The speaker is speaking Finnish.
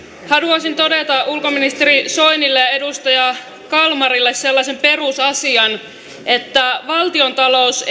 haluaisin todeta ulkoministeri soinille ja edustaja kalmarille sellaisen perusasian että valtiontalous